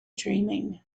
dreaming